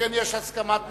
שכן יש הסכמת ממשלה,